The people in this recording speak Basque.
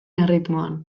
erritmoan